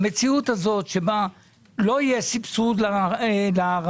המציאות הזאת שבה לא יהיה סבסוד לרפתנים